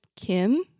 Kim